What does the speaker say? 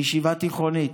בישיבה תיכונית.